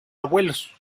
abuelos